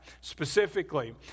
specifically